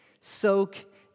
soak